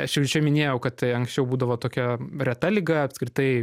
aš jau čia minėjau kad anksčiau būdavo tokia reta liga apskritai